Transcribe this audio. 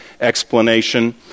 explanation